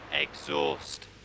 exhaust